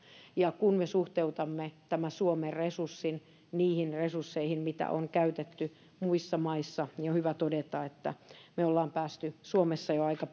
kun me suhteutamme tämän suomen resurssin niihin resursseihin mitä on käytetty muissa maissa niin on hyvä todeta että me olemme päässeet suomessa jo aika